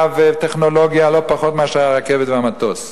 וטכנולוגיה לא פחות מאשר ברכבת ובמטוס,